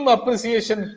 Appreciation